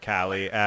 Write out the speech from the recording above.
Callie